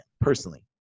personally